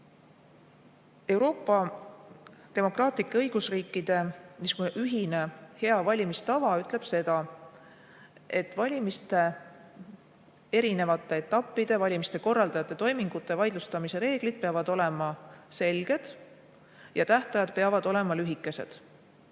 Euroopa demokraatlike õigusriikide ühine hea valimistava ütleb seda, et valimiste erinevate etappide, valimiste korraldajate toimingute vaidlustamise reeglid peavad olema selged ja tähtajad peavad olema lühikesed.